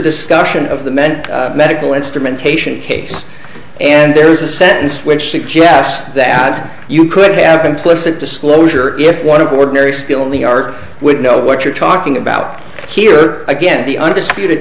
discussion of the many medical instrumentation case and there's a sentence which suggests that you could have implicit disclosure if one of ordinary skill in the art would know what you're talking about here again the undisputed